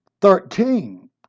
Thirteen